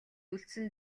үлдсэн